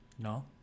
No